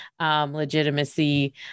legitimacy